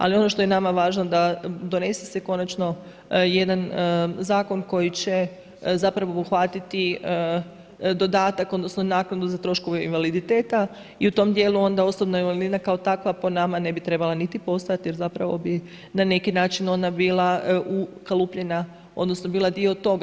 Ali ono što je nama važno da donese se konačno jedan zakon koji će zapravo obuhvatiti dodatak odnosno naknadu za troškove invaliditeta i u tom djelu onda osobna invalidnina kao takva po nama ne bi trebala niti postojati jer zapravo bi na neki način ona bila ukalupljen odnosno bila dio toga.